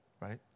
right